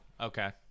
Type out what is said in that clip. okay